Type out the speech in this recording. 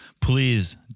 please